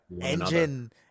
engine